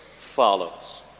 follows